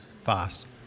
fast